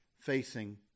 facing